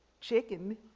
chicken